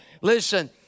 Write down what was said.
Listen